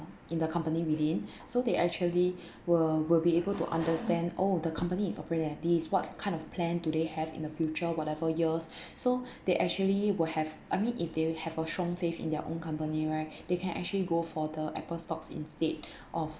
in the company within so they actually will will be able to understand oh the company is operated like this what kind of plan do they have in the future whatever years so they actually will have I mean if they have a strong faith in their own company right they can actually go for the Apple stocks instead of